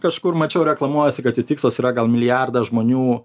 kažkur mačiau reklamuojasi kad jų tikslas yra gal milijardą žmonių